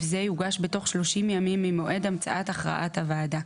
זה יוגש בתוך שלושים ימים ממועד המצאת הכרעת הוועדה.